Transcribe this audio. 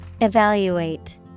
Evaluate